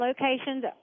locations